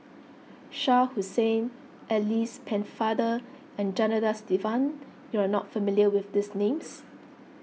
Shah Hussain Alice Pennefather and Janadas Devan you are not familiar with these names